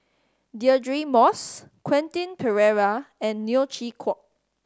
Deirdre Moss Quentin Pereira and Neo Chwee Kok